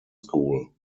school